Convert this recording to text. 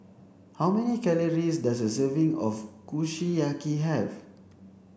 how many calories does a serving of Kushiyaki have